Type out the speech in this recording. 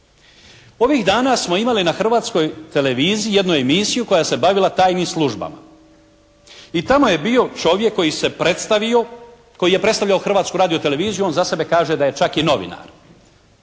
Ovih dana smo imali na Hrvatskoj televiziji jednu emisiju koja se bavila tajnim službama. I tamo je bio čovjek koji se predstavio, koji je predstavljao Hrvatsku radioteleviziju, on za sebe kaže da je čak i novinar.